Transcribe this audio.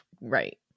Right